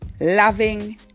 Loving